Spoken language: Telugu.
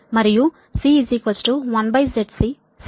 మరియు C 1ZCsinhγl